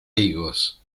higos